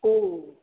ਓ